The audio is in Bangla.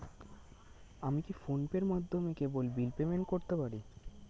আমি কি ফোন পের মাধ্যমে কেবল বিল পেমেন্ট করতে পারি?